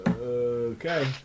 Okay